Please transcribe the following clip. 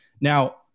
Now